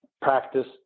practice